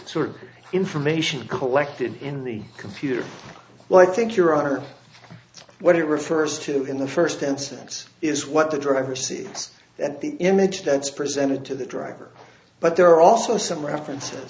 sort of information collected in the computer well i think your honor what it refers to in the first instance is what the driver says it's that the image that's presented to the driver but there are also some reference